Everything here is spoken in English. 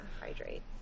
hydrate